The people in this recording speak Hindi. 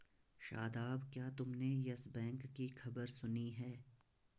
शादाब, क्या तुमने यस बैंक की खबर सुनी है?